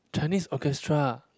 Chinese Orchestra uh